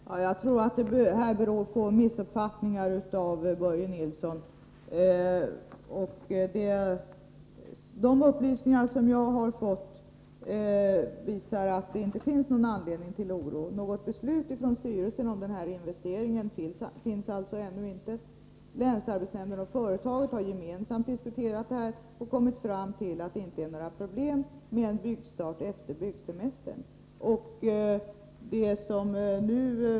Herr talman! Jag tror att det hela beror på missuppfattningar av Börje Nilsson. De upplysningar som jag har fått visar att det inte finns någon anledning till oro. Något beslut från styrelsen om den här investeringen föreligger alltså ännu inte. Länsarbetsnämnden och företaget har gemensamt diskuterat frågan och kommit fram till att det inte är några problem förenade med en byggstart efter byggsemestern.